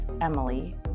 Emily